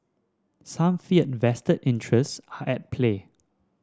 some fear vested interest play